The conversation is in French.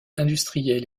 industriel